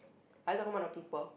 are you talking about the people